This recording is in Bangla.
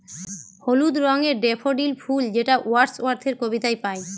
হলুদ রঙের ডেফোডিল ফুল যেটা ওয়ার্ডস ওয়ার্থের কবিতায় পাই